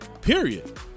Period